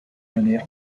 monnaies